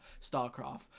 StarCraft